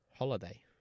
Holiday